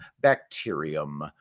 bacterium